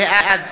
בעד